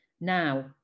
Now